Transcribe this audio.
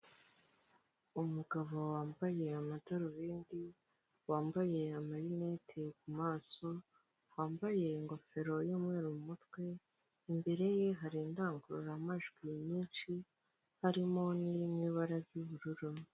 Umugabo wambaye amadarubindi, wambaye amarinete ku maso, wambaye ingofero y'umweru mu mutwe, imbere ye hari indangururamajwi nyinshi harimo n'iri mu ibara ry'ubururu.